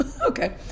Okay